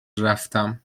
رفتم